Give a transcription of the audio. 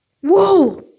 Whoa